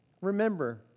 Remember